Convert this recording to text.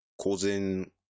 causing